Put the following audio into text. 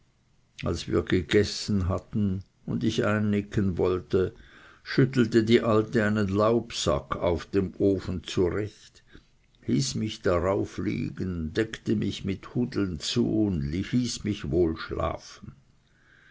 als wir gegessen hatten und ich einnicken wollte schüttelte die alte einen laubsack auf dem ofen zurecht hieß mich darauf liegen deckte mich mit hudeln zu und hieß mich wohl schlafen